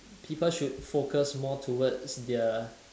people should focus more towards their